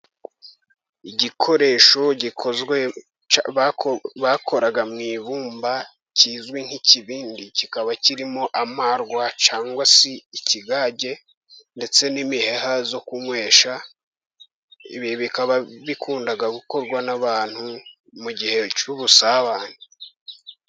Igikoresho bakoraga mu ibumba kizwi nk'ikibindi. Kikaba kirimo amarwa cyangwa se ikigage, ndetse n'imiheha zo kunywesha. Ibi bikaba bikunda gukorwa n'abantu mu gihe cy'ubusabane.